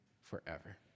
forever